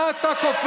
מה אתה קופץ?